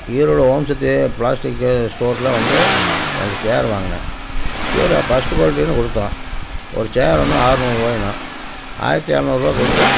Erode Om Shakti plastic ஸ்டோரில் வந்து ரெண்டு சேரு வாங்கினேன் சேர்ரை ஃபஸ்ட்டு குவாலிட்டின்னு கொடுத்தோன் ஒரு சேரு ஒன்று ஆறநூறுவான்னா ஆயிரத்தி இரநூறுவா கொடுத்து